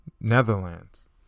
Netherlands